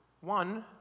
one